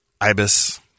Ibis